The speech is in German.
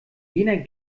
jener